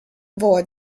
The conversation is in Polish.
woła